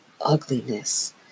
ugliness